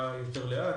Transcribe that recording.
קצת יותר לאט,